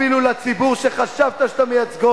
אפילו בציבור שחשבת שאתה מייצגו,